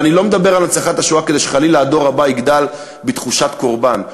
ואני לא מדבר על הנצחת השואה כדי שחלילה הדור הבא יגדל בתחושת קורבן,